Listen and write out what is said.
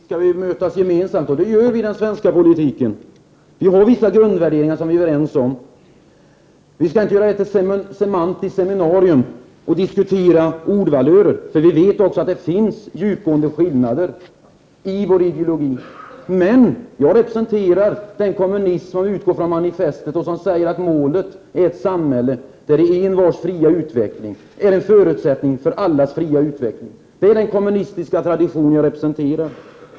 Herr talman! Javisst skall vi mötas gemensamt. Det gör vi i den svenska politiken. Vi har vissa grundvärderingar som vi är överens om. Vi skall inte göra detta till ett semantiskt seminarium och diskutera ordvalörer. Vi vet att det också finns djupgående skillnader i våra ideologier. Men jag representerar den kommunism som utgår från manifestet och som säger att målet är ett samhälle där vars och ens fria utveckling är en förutsättning för allas fria utveckling. Det är alltså den kommunistiska tradition jag representerar.